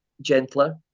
gentler